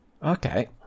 Okay